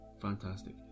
fantastic